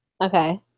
Okay